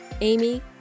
Amy